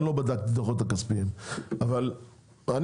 אני לא בדקתי את הדו"חות הכספיים אבל אני